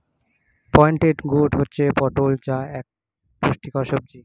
pointed gourd হচ্ছে পটল যা এক পুষ্টিকর সবজি